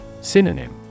Synonym